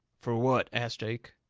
fur what? asts jake.